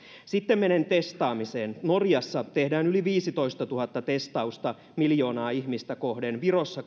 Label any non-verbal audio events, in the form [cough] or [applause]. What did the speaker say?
sitten menen testaamiseen norjassa tehdään yli viisitoistatuhatta testausta miljoonaa ihmistä kohden virossa [unintelligible]